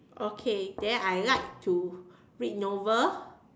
okay then I like to read novel